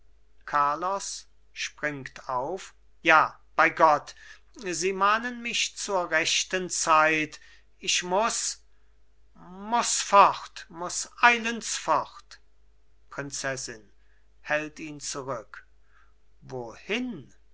carlos springt auf ja bei gott sie mahnen mich zur rechten zeit ich muß muß fort muß eilends fort prinzessin hält ihn zurück wohin